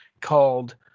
called